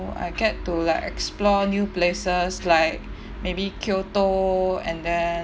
I get to like explore new places like maybe kyoto and then